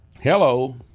hello